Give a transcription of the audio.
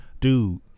dude